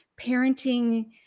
parenting